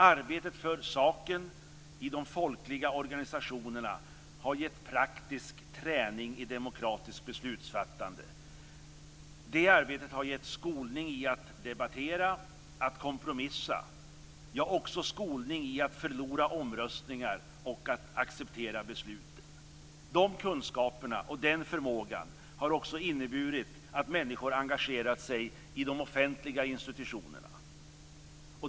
Arbetet för saken i de folkliga organisationerna har gett praktisk träning i demokratiskt beslutsfattande. Det arbetet har gett skolning i att debattera, att kompromissa, ja, också skolning i att förlora omröstningar och att acceptera besluten. De kunskaperna och den förmågan har också inneburit att människor engagerat sig i de offentliga institutionerna.